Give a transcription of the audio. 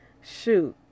shoot